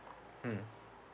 mm